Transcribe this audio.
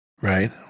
Right